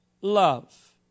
love